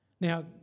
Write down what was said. Now